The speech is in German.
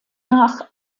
nach